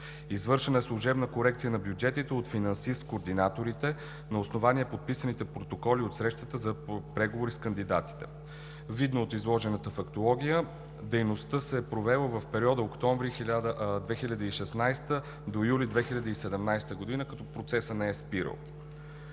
Извършена е служебна корекция на бюджетите от финансист-координаторите на основание подписаните протоколи от срещата за преговори с кандидатите. От изложената фактология е видно, че дейността се е провела в периода от октомври 2016 г. до юли 2017 г., като процесът не е спирал.